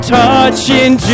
touching